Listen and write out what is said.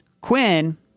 Quinn